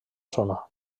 zona